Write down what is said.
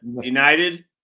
United